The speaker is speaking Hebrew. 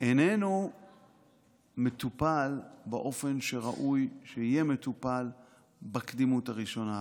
איננו מטופל באופן שראוי שיהיה מטופל בקדימות הראשונה.